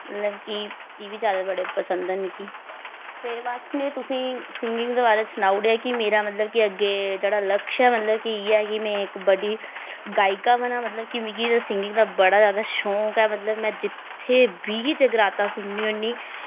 मतलब कि एह् बी ज्यादा बड़े पसंद न मिगी ते बस में तुसें गी सिंगिंग दे बारे च सनाऊ उड़ेआ कि मेरा मतलब कि अग्गें जेह्ड़ा लक्ष्य ऐ मतलब कि इ'यै कि में इक बड्डी गायिका बनां मतलब कि मिगी ते सिंगिंग दा बड़ा गै ज्यादा शौंक ऐ मतलब में जित्थें बी जगराता सुननी होन्नी